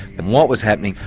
and what was happening,